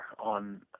on